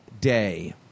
day